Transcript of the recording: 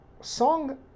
song